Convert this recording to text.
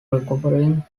recovering